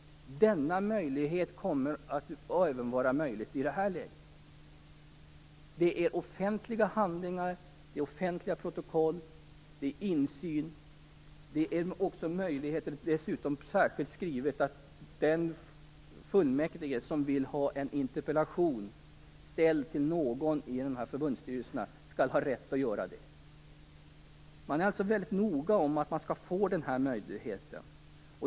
Den möjligheten kommer att finnas även i det här läget. Det är offentliga handlingar, offentliga protokoll, och det finns insyn. Det är dessutom särskilt skrivet att den fullmäktigeledamot som vill ställa en interpellation till någon i dessa förbundsstyrelser skall ha rätt att göra det. Man är alltså väldigt noga med att de skall få denna möjlighet.